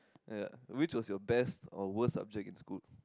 ya which was your best or worst subject in school